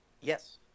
Yes